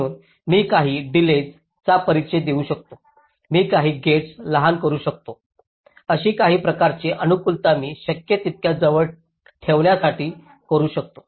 म्हणून मी काही डिलेज चा परिचय देऊ शकतो मी काही गेट्स लहान करू शकतो अशी काही प्रकारची अनुकूलता मी शक्य तितक्या जवळ ठेवण्यासाठी करू शकतो